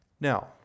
Now